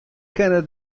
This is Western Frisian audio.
kinne